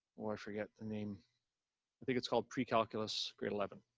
i forget the name. i think it's called precalculus grade eleven.